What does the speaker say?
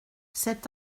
cet